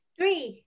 Three